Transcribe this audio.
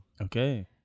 Okay